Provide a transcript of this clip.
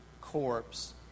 corpse